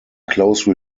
close